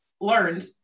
learned